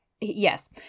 Yes